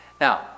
Now